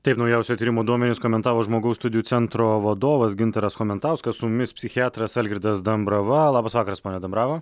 taip naujausio tyrimo duomenis komentavo žmogaus studijų centro vadovas gintaras chomentauskas su mumis psichiatras algirdas dambrava labas vakaras pone dambrava